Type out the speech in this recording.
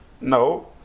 no